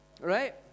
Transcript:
Right